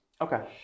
Okay